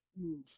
move